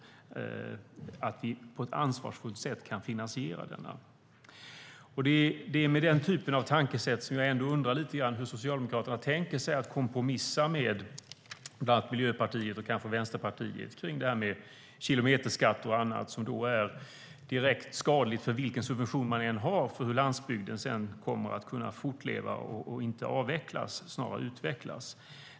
Vi ska finansiera detta på ett ansvarsfullt sätt. Det är med den typen av tankesätt jag ändå undrar lite grann hur Socialdemokraterna tänker sig att de ska kompromissa med framför allt Miljöpartiet, och kanske Vänsterpartiet, kring kilometerskatt och annat som är direkt skadligt - vilken subvention man än har - för hur landsbygden kommer att kunna fortleva och inte avvecklas utan snarare utvecklas.